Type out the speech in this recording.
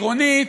היא עירונית.